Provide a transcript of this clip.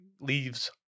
leaves